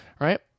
Right